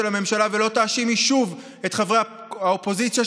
הממשלה ולא תאשימי שוב את חברי האופוזיציה,